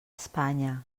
espanya